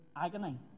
agony